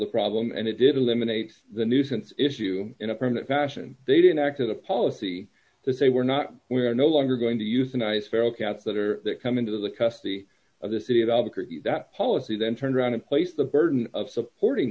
the problem and it didn't lemonades the nuisance issue in a permanent fashion they didn't act as a policy that they were not we're no longer going to euthanize feral cats that are that come into the custody of the city of albuquerque that policy then turns around and place the burden of supporting